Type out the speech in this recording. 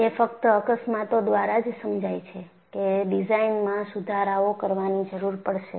જે ફક્ત અકસ્માતો દ્વારા જ સમજાય છે કે ડિઝાઇનમાં સુધારાઓ કરવાની જરૂર પડશે